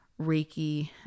Reiki